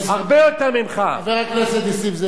חבר הכנסת נסים זאב הרבה יותר ממך.